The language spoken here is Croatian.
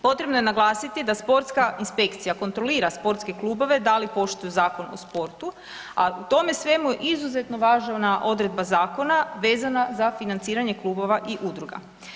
Potrebno je naglasiti da sportska inspekcija kontrolira sportske klubove da li poštuju Zakon o sportu, a u tome je svemu izuzetna odredba zakona vezana za financiranje klubova i udruga.